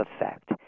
effect